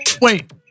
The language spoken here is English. wait